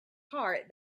heart